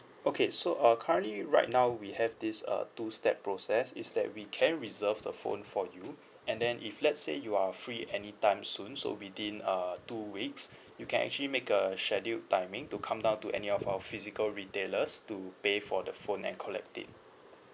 okay so uh currently right now we have this uh two step process is that we can reserve the phone for you and then if let's say you are free anytime soon so within uh two weeks you can actually make a scheduled timing to come down to any of our physical retailers to pay for the phone and collect it